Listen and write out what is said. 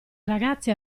ragazze